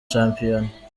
shampiyona